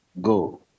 go